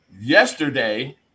Yesterday